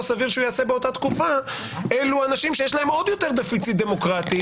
סביר שהוא יעשה באותה תקופה אלה אנשים שיש להם עוד יותר דפיציט דמוקרטי,